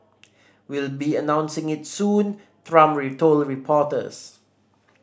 we'll be announcing it soon Trump told reporters